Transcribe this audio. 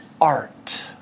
art